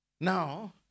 Now